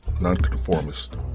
nonconformist